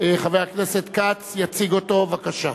חבר הכנסת כץ יציג אותה, בבקשה.